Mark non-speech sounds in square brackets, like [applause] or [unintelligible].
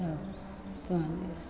[unintelligible]